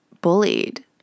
bullied